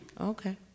Okay